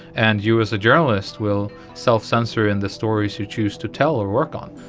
and you as a journalist will self-censor in the stories you choose to tell or work on,